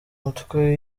umutwe